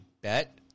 bet